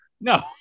No